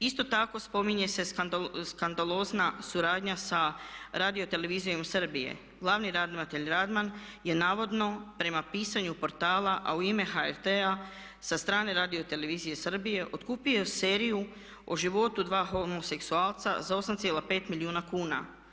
Isto tako spominje se skandalozna suradnja sa Radiotelevizijom Srbije, glavni ravnatelj Radman je navodno prema pisanju portala a u ime HRT-a sa strane Radiotelevizije Srbije otkupio seriju o životu dva homoseksualca za 85 milijuna kuna.